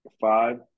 Five